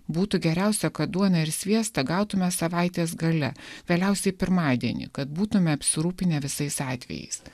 būtų geriausia kad duoną ir sviestą gautume savaitės gale vėliausiai pirmadienį kad būtumėme apsirūpinę visais atvejais